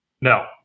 No